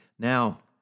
Now